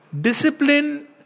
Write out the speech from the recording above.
discipline